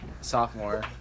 Sophomore